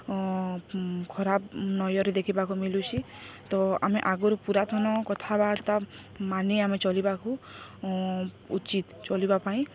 ଖରାପ୍ ଲୟରେ ଦେଖିବାକୁ ମିଲୁଛିି ତ ଆମେ ଆଗରୁ ପୁରାତନ କଥାବାର୍ତ୍ତା ମାନି ଆମେ ଚଲିବାକୁ ଉଚିତ୍ ଚଳିବା ପାଇଁ